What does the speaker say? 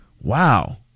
Wow